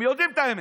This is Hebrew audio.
הם יודעים את האמת.